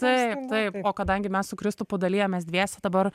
taip taip o kadangi mes su kristupu dalijamės dviese dabar